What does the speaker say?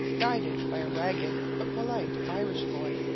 guided by a ragged, but polite, irish boy,